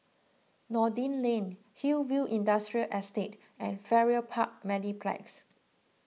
Noordin Lane Hillview Industrial Estate and Farrer Park Mediplex